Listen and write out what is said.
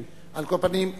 על כל פנים,